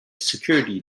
security